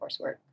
coursework